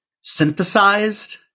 synthesized